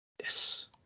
yes